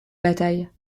bataille